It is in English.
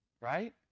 right